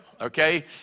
okay